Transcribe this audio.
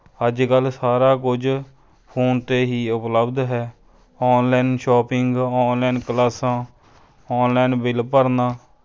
ਅੱਜ ਕੱਲ੍ਹ ਸਾਰਾ ਕੁਝ ਫ਼ੋਨ 'ਤੇ ਹੀ ਉਪਲਬਧ ਹੈ ਔਨਲਾਈਨ ਸ਼ੋਪਿੰਗ ਔਨਲਾਈਨ ਕਲਾਸਾਂ ਔਨਲਾਈਨ ਬਿੱਲ ਭਰਨਾ